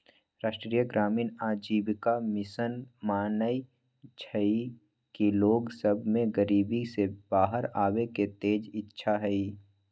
राष्ट्रीय ग्रामीण आजीविका मिशन मानइ छइ कि लोग सभ में गरीबी से बाहर आबेके तेज इच्छा हइ